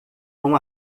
vão